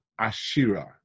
ashira